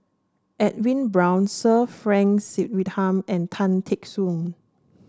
Edwin Brown Sir Frank Swettenham and Tan Teck Soon